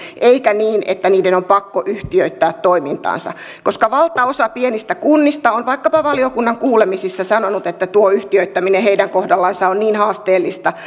eikä niin että niiden on pakko yhtiöittää toimintaansa koska valtaosa pienistä kunnista on vaikkapa valiokunnan kuulemisissa sanonut että tuo yhtiöittäminen heidän kohdallansa on niin haasteellista